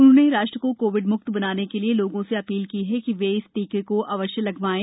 उन्होंने राष्ट्र को कोविड म्क्त बनाने के लिए लोगों से अ ील की कि वे इस टीके को अवश्य लगवाएं